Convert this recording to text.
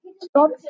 Stop